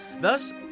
Thus